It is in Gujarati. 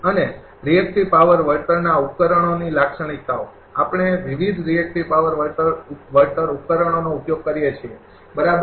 અને રિએક્ટિવ પાવર વળતરના ઉપકરણોની લાક્ષણિક્તાઓ આપણે વિવિધ રિએક્ટિવ પાવર વળતર ઉપકરણોનો ઉપયોગ કરીએ છીએ બરાબર